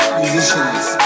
musicians